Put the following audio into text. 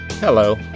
Hello